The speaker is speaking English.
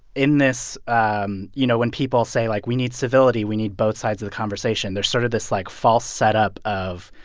in this um you know, when people say, like, we need civility we need both sides of the conversation there's sort of this, like, false setup of,